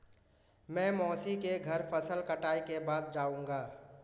मैं मौसी के घर फसल कटाई के बाद जाऊंगा